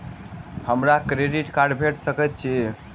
हमरा credit card भेट सकैत अछि?